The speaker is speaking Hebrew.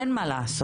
אין מה לעשות.